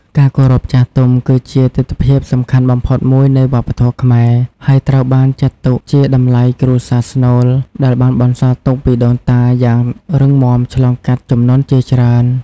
ការគោរពចាស់ទុំ គឺជាទិដ្ឋភាពសំខាន់បំផុតមួយនៃវប្បធម៌ខ្មែរ ហើយត្រូវបានចាត់ទុកជាតម្លៃគ្រួសារស្នូលដែលបានបន្សល់ទុកពីដូនតាយ៉ាងរឹងមាំឆ្លងកាត់ជំនាន់ជាច្រើន។